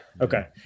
Okay